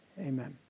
Amen